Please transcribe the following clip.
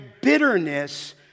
bitterness